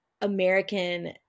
American